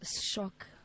shock